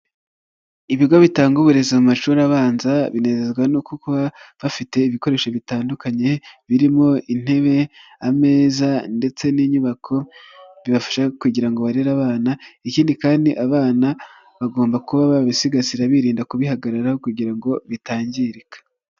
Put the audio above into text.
Ibigo bitanga uburezi mu mashuri abanza binezezwa no kuba bafite ibikoresho bitandukanye birimo: intebe, ameza ndetse n'inyubako bibafasha kugira ngo barere abana, ikindi kandi abana bagomba kuba babisigasira birinda kubihagarara kugira ngo bitangirika.